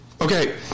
Okay